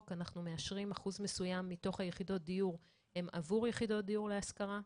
אנחנו מאשרים אחוז מסוים מתוך יחידות הדיור שהן עבור יחידות דיור להשכרה.